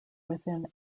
within